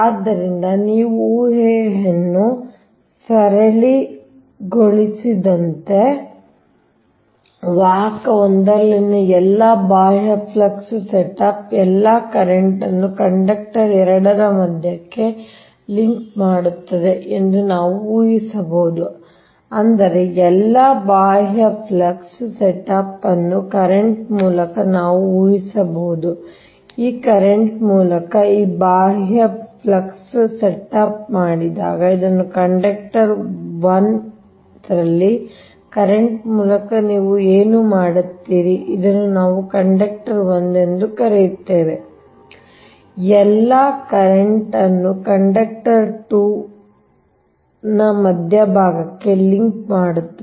ಆದ್ದರಿಂದ ನೀವು ಊಹೆಯನ್ನು ಸರಳೀಕರಿಸಿದಂತೆ ವಾಹಕ 1 ರಲ್ಲಿನ ಎಲ್ಲಾ ಬಾಹ್ಯ ಫ್ಲಕ್ಸ್ ಸೆಟಪ್ ಎಲ್ಲಾ ಕರೆಂಟ್ನ್ನು ಕಂಡಕ್ಟರ್ 2 ರ ಮಧ್ಯಭಾಗಕ್ಕೆ ಲಿಂಕ್ ಮಾಡುತ್ತದೆ ಎಂದು ನಾವು ಊಹಿಸಬಹುದು ಅಂದರೆ ಎಲ್ಲಾ ಬಾಹ್ಯ ಫ್ಲಕ್ಸ್ ಸೆಟಪ್ ಅನ್ನು ಕರೆಂಟ್ ಮೂಲಕ ನಾವು ಊಹಿಸಬಹುದು ಈ ಕರೆಂಟ್ ಮೂಲಕ ಈ ಬಾಹ್ಯ ಫ್ಲಕ್ಸ್ ಸೆಟಪ್ ಮಾಡಿದಾಗ ಇದನ್ನು ಕಂಡಕ್ಟರ್ 1 ರಲ್ಲಿ ಕರೆಂಟ್ ಮೂಲಕ ನೀವು ಏನು ಕರೆಯುತ್ತೀರಿ ಇದನ್ನು ನಾವು ಕಂಡಕ್ಟರ್ 1 ಎಂದು ಕರೆಯುತ್ತೇವೆ ಎಲ್ಲಾ ಕರೆಂಟ್ ಅನ್ನು ಕಂಡಕ್ಟರ್2ರ ಮಧ್ಯಭಾಗಕ್ಕೆ ಲಿಂಕ್ ಮಾಡುತ್ತದೆ